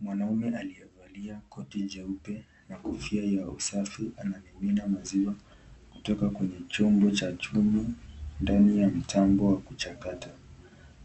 Mwanaume alaiyevalia koti jeupe na kofia ya usafi anamimina maziwa kutoka kwenye chombo cha chuma ndani ya mitambo ya kuchakata,